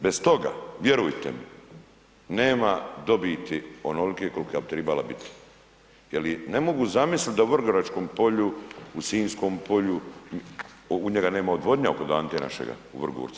Bez toga vjerujte mi nema dobiti onolike kolika bi trebala biti jer ne mogu zamisliti da u Vrgoračkom polju, u Sinjskom polju u njega nema odvodnje kod Ante našega u Vrgorcu.